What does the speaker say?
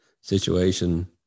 situation